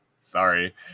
Sorry